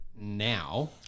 now